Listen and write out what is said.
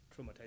traumatized